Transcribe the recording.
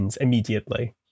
immediately